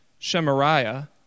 Shemariah